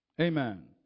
Amen